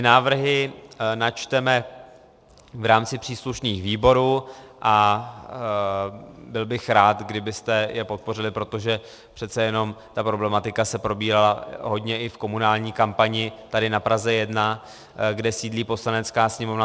Návrhy načteme v rámci příslušných výborů a byl bych rád, kdybyste je podpořili, protože přece jenom ta problematika se probírala hodně i v komunální kampani tady na Praze 1, kde sídlí Poslanecká sněmovna.